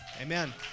amen